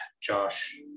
Josh